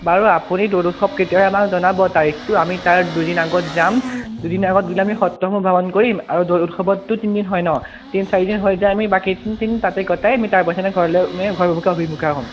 বাৰু আপুনি দৌল উৎসৱ কেতিয়া হয় আমাক জনাব তাৰিখটো আমি তাৰ দুদিন আগত যাম দুদিন আগত গ'লে আমি সত্ৰসমূহ ভ্ৰমণ কৰিম আৰু দৌল উৎসৱতটো তিনিদিন হয় ন তিনি চাৰিদিন হৈ যায় আমি বাকীকেইদিন আমি তাতে কটাই আমি তাৰ পাছদিনাই ঘৰলৈ আমি ঘৰমুখে অভিমুখে হ'ম